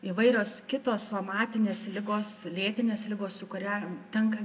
įvairios kitos somatinės ligos lėtinės ligos su kuria tenka